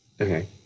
Okay